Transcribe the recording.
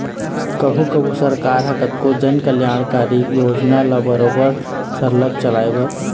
कभू कभू तो सरकार ह कतको जनकल्यानकारी योजना ल बरोबर सरलग चलाए बर